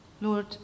Lord